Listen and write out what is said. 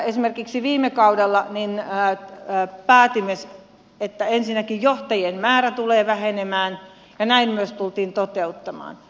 esimerkiksi viime kaudella päätimme että ensinnäkin johtajien määrä tulee vähenemään ja näin myös tultiin toteuttamaan